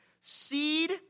seed